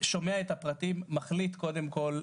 שומע את הפרטים ומחליט קודם כל,